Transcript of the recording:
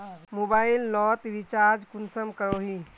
Mobile लोत recharge कुंसम करोही?